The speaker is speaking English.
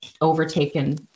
overtaken